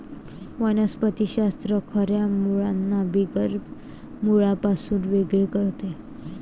वनस्पति शास्त्र खऱ्या मुळांना बिगर मुळांपासून वेगळे करते